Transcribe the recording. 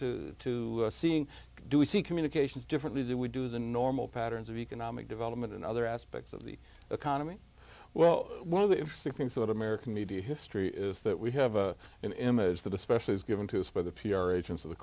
to seeing do we see communications differently than we do the normal patterns of economic development and other aspects of the economy well one of the interesting things about american media history is that we have an image that especially is given to us by the p r agents of the